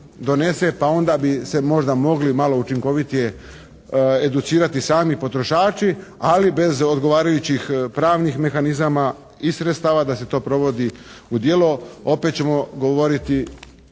pa onda bi se možda mogli malo učinkovitije educirati sami potrošači, ali bez odgovarajućih pravnih mehanizama i sredstava da se to provodi u djelo, opet ćemo govoriti